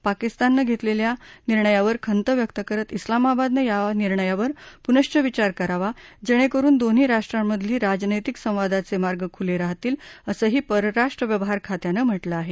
पाकिस्तान घेतलेल्या निर्णयावर खंत व्यक्त करत उलामाबादनं यावर निर्णयावर पुनश्व विचार करावा जेणेकरुन दोन्ही राष्ट्रांमधील राजनैतिक संवादाचे मार्ग खुले राहतील असंही परराष्ट्र व्यवहार खात्यानं म्हटलं आहे